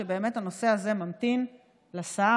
שבאמת הנושא הזה ממתין לשר,